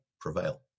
prevail